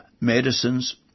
medicines